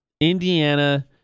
Indiana